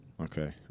okay